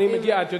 את יודע,